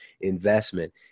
investment